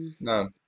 no